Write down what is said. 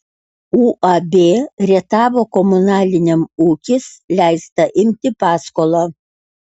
uab rietavo komunaliniam ūkis leista imti paskolą